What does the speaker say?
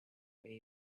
wave